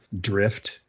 drift